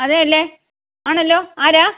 അതെയല്ലേ ആണല്ലോ ആരാ